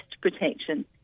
protection